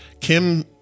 Kim